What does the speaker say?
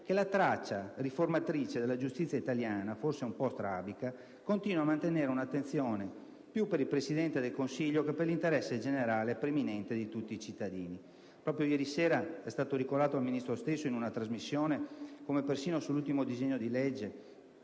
che la traccia riformatrice della giustizia italiana, forse un po' strabica, continua a mantenere un'attenzione più per il Presidente del Consiglio che per l'interesse generale e preminente di tutti i cittadini. Proprio ieri sera è stato ricordato al Ministro stesso in una trasmissione televisiva come persino nell'ultimo disegno di legge